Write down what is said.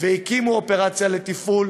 והקימו אופרציה לתפעול